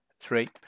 three